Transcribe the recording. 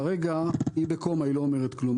כרגע היא בקומה, היא לא אומרת כלום.